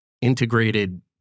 integrated